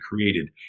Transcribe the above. created